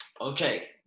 Okay